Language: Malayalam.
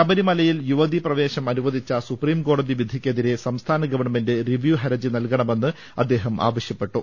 ശബ രിമലയിൽ യുവതി പ്രവേശം അനുവദിച്ച സൂപ്രീംകോടതി വിധി ക്കെതിരെ സംസ്ഥാന ഗവൺമെന്റ് റിവ്യൂ ഹർജി നൽകണമെന്ന് അദ്ദേഹം ആവശ്യപ്പെട്ടു